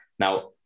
Now